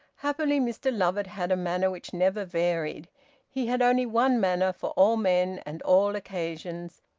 happily mr lovatt had a manner which never varied he had only one manner for all men and all occasions.